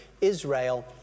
Israel